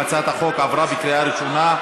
הצעת החוק עברה בדיון מוקדם,